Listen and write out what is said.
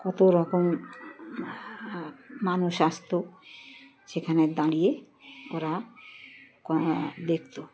কত রকম মানুষ আসতো সেখানে দাঁড়িয়ে ওরা দেখতো